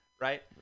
Right